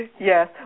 Yes